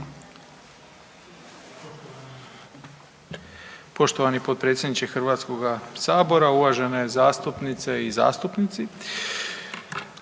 poštovani predsjedniče Hrvatskoga sabora, poštovani zastupnice i zastupnici.